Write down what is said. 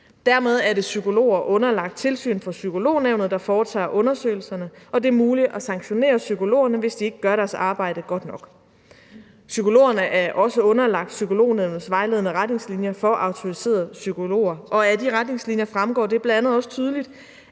Dermed er det psykologer underlagt tilsyn fra Psykolognævnet, der foretager undersøgelserne, og det er muligt at sanktionere psykologerne, hvis de ikke gør deres arbejde godt nok. Psykologerne er også underlagt Psykolognævnets vejledende retningslinjer for autoriserede psykologer, og af de retningslinjer fremgår det bl.a. også tydeligt,